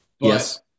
yes